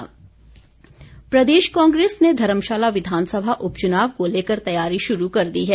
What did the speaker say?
कांग्रेस प्रदेश कांग्रेस ने धर्मशाला विधानसभा उपचुनाव को लेकर तैयारी शुरू कर दी है